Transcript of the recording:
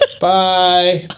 Bye